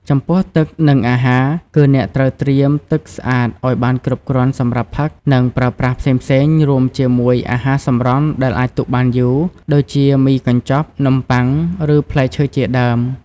ចំពោះ ទឹក និងអាហារ គឺអ្នកត្រូវត្រៀមទឹកស្អាតឲ្យបានគ្រប់គ្រាន់សម្រាប់ផឹក និងប្រើប្រាស់ផ្សេងៗ រួមជាមួយ អាហារសម្រន់ដែលអាចទុកបានយូរ ដូចជាមីកញ្ចប់ នំប៉័ង ឬផ្លែឈើជាដើម។